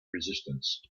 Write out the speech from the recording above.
resistance